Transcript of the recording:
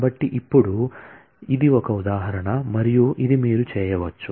కాబట్టి ఇప్పుడు ఇది ఒక ఉదాహరణ మరియు ఇది మీరు చేయవచ్చు